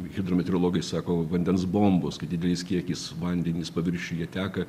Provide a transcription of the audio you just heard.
hidrometeorologai sako vandens bombos kai didelis kiekis vandenys paviršiuje teka